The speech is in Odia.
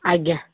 ଆଜ୍ଞା